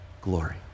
glory